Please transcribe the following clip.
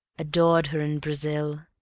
adored her in brazil